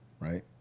right